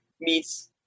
Meets